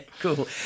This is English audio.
cool